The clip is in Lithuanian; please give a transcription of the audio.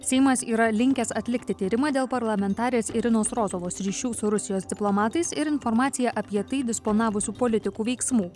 seimas yra linkęs atlikti tyrimą dėl parlamentarės irinos rozovos ryšių su rusijos diplomatais ir informaciją apie tai disponavusių politikų veiksmų